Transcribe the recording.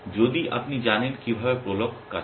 যদি আপনি জানেন কিভাবে প্রোলগ কাজ করে